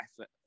effort